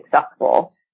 successful